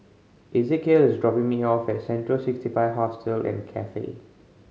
Ezekiel is dropping me off at Central Sixty Five Hostel and Cafe